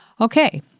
Okay